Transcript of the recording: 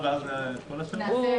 אין